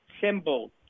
symbol